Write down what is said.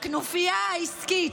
הכנופיה העסקית,